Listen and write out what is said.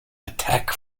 attack